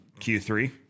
Q3